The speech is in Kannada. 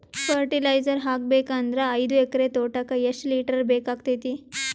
ಫರಟಿಲೈಜರ ಹಾಕಬೇಕು ಅಂದ್ರ ಐದು ಎಕರೆ ತೋಟಕ ಎಷ್ಟ ಲೀಟರ್ ಬೇಕಾಗತೈತಿ?